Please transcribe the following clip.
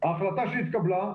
ההחלטה שהתקבלה,